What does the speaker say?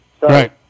Right